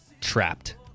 Trapped